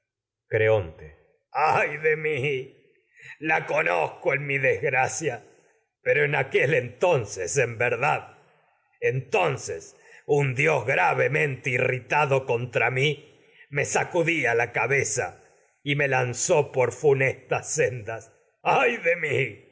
creonte pero ay de mí la entonces en conozco en mi desgracia un en aquel verdad me entonces dios gravemente y mq mi irritado contra mi sacudía la cabeza lanzó por funestas sendas ay de mí